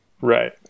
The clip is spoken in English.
Right